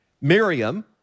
Miriam